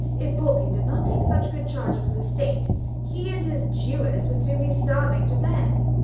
if borkin did not take such good charge of his estate he and his jewess would soon be starving to death.